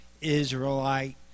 Israelite